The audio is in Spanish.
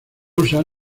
usa